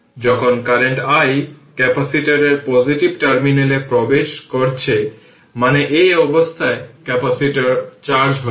যখন current i ক্যাপাসিটরের positive টার্মিনালে প্রবেশ করছে মানে এই অবস্থায় ক্যাপাসিটর চার্জ হচ্ছে